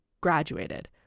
graduated